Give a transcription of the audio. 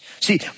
See